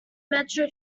metro